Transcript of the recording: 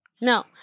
No